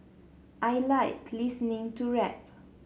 I like listening to rap